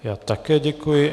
Já také děkuji.